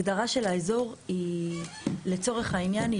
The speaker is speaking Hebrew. הגדרה של האזור היא לצורך העניין היא